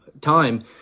time